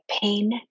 pain